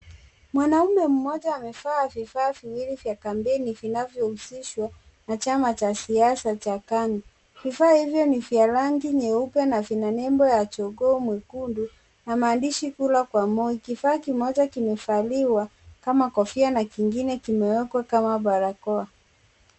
Mwanaume mmoja amevaa vifaa viwili viwili vya kambini vinavyohusishwa na chama cha siasa ya KANU vya rangi nyeupe na vina nembo ya jogoo mwekundu na maandishi kula kwa Moi. Kifaa kimoja kimevaliwa kama kofia na kingine kimewekwa kama barakoa.